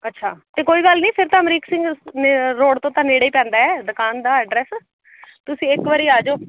ਅੱਛਾ ਅਤੇ ਕੋਈ ਗੱਲ ਨਹੀਂ ਫਿਰ ਤਾਂ ਅਮਰੀਕ ਸਿੰਘ ਨੇ ਰੋਡ ਤੋਂ ਤਾਂ ਨੇੜੇ ਹੀ ਪੈਂਦਾ ਦੁਕਾਨ ਦਾ ਐਡਰੈਸ ਤੁਸੀਂ ਇੱਕ ਵਾਰ ਆ ਜਾਓ